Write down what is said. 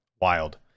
Wild